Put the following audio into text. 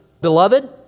beloved